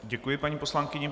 Děkuji paní poslankyni.